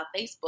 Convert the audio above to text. Facebook